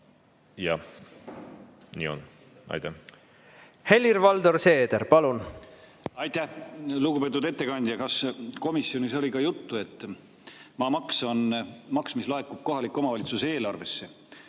palun! Helir-Valdor Seeder, palun! Aitäh! Lugupeetud ettekandja! Kas komisjonis oli ka juttu, et maamaks on maks, mis laekub kohaliku omavalitsuse eelarvesse?